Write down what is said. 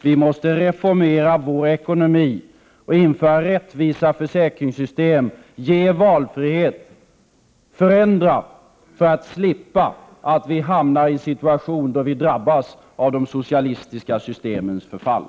Vi måste reformera vår ekonomi och införa rättvisa försäkringssystem, ge valfrihet, förändra för att slippa hamna i en situation där vi drabbas av de socialistiska systemens förfall.